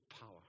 power